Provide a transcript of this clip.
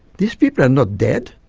these people are not dead,